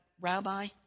Rabbi